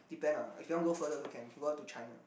depend ah if you want go further also can can go up to China